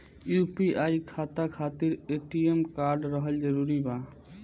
UPI खाता खातिर ATM card रहल जरूरी बा?